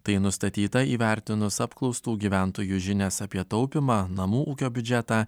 tai nustatyta įvertinus apklaustų gyventojų žinias apie taupymą namų ūkio biudžetą